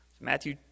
Matthew